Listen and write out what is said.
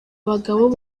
bagabo